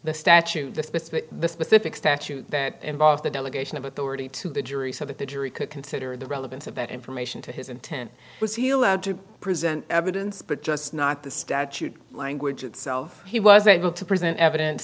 the statute the specific statute that involve the delegation of authority to the jury so that the jury could consider the relevance of that information to his intent was he allowed to present evidence but just not the statute language itself he was able to present evidence